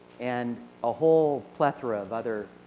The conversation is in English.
and a whole plethora of others.